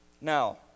Now